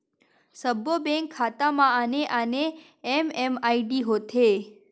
सब्बो बेंक खाता म आने आने एम.एम.आई.डी होथे